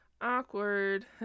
awkward